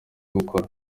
gukora